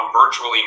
virtually